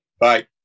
Bye